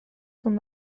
son